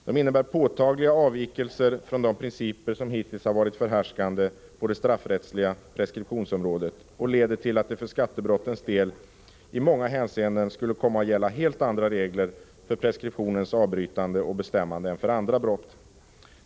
De innebär påtagliga avvikelser från de principer som hittills har varit förhärskande på det straffrättsliga preskriptionsområdet och leder till att det för skattebrottens del i många hänseenden skulle komma att gälla helt andra regler för preskriptionens avbrytande och bestämmande än för andra brott.